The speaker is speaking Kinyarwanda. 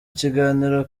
kiganiro